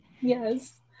Yes